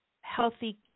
healthy